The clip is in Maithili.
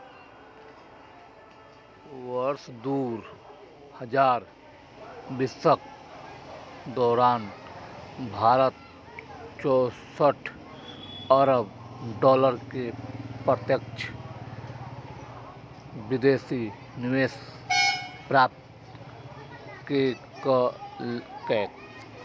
वर्ष दू हजार बीसक दौरान भारत चौंसठ अरब डॉलर के प्रत्यक्ष विदेशी निवेश प्राप्त केलकै